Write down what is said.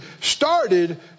started